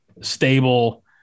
stable